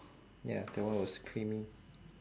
ya that one was creamy